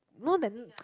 know that